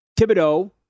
Thibodeau